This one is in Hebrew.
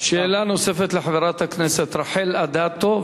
שאלה נוספת לחברת הכנסת רחל אדטו,